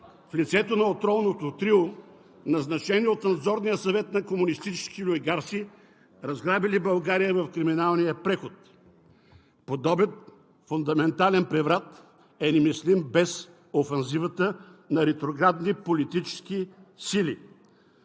в лицето на отровното трио, назначени от Надзорния съвет на комунистически олигарси, разграбили България в криминалния преход. Подобен фундаментален преврат е немислим без офанзивата на ретроградни политически сили.